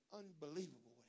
unbelievable